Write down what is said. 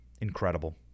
Incredible